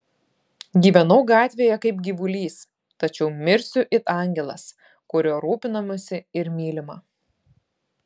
gyvenau gatvėje kaip gyvulys tačiau mirsiu it angelas kuriuo rūpinamasi ir mylima